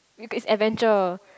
it is adventure